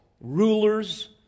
rulers